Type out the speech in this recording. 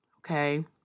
okay